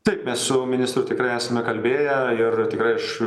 taip mes su ministru tikrai esame kalbėję ir tikrai aš